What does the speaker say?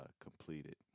completed